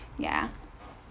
ya